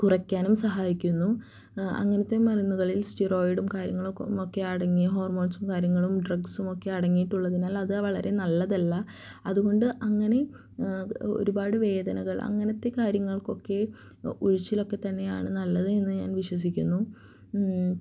കുറക്കാനും സഹായിക്കുന്നു അങ്ങനത്തെ മരുന്നുകളിൽ സ്റ്റീറോയിഡും കാരങ്ങളുമൊക്കെ അടങ്ങിയ ഹോർമോൺസും കാര്യങ്ങളും ഡ്രഗ്സുമൊക്കെ അടങ്ങിയിട്ടുള്ളതിനാലത് വളരെ നല്ലതല്ല അതുകൊണ്ട് അങ്ങനെ ഒരുപാട് വേദനകൾ അങ്ങനത്തെ കാര്യങ്ങൾക്കൊക്കെ ഉഴിച്ചിലൊക്കെ തന്നെയാണെന്ന് നല്ലത് എന്ന് ഞാൻ വിശ്വസിക്കുന്നു